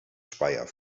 speyer